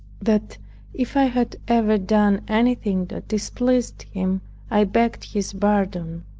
that if i had ever done any thing that displeased him i begged his pardon,